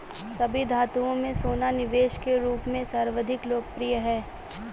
सभी धातुओं में सोना निवेश के रूप में सर्वाधिक लोकप्रिय है